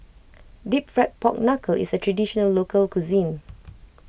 Deep Fried Pork Knuckle is a Traditional Local Cuisine